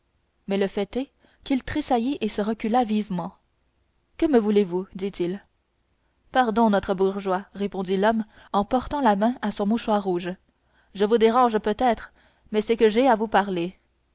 mais le fait est qu'il tressaillit et se recula vivement que me voulez-vous dit-il pardon notre bourgeois répondit l'homme en portant la main à son mouchoir rouge je vous dérange peut-être mais c'est que j'ai à vous parler